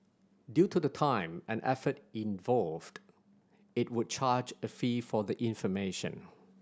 due to the time and effort involved it would charge a fee for the information